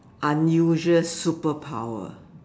unusual superpower